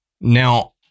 now